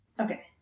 Okay